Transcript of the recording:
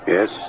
Yes